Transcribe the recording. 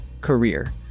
career